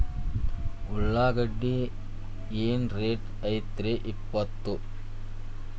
ಉಳ್ಳಾಗಡ್ಡಿ ಏನ್ ರೇಟ್ ಐತ್ರೇ ಇಪ್ಪತ್ತು?